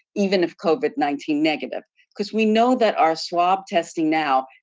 even if covid nineteen negative because we know that our swab testing now,